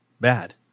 bad